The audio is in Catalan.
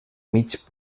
mig